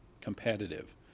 competitive